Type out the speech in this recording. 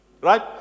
right